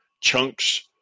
chunks